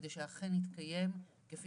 כדי שאכן יתקיים כפי